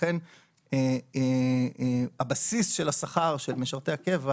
ולכן הבסיס של השכר של משרתי הקבע